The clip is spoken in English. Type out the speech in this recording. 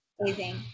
amazing